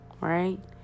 Right